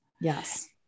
Yes